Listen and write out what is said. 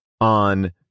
on